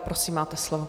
Prosím, máte slovo.